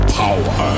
power